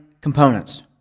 components